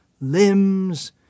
limbs